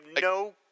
no